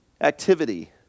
activity